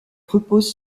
repose